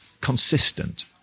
consistent